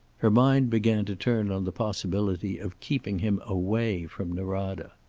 her mind began to turn on the possibility of keeping him away from norada.